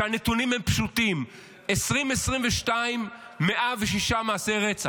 הנתונים הם פשוטים: 2022, 106 מעשי רצח,